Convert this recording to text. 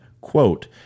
quote